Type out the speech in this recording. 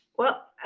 well,